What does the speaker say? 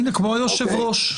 כמו היושב-ראש.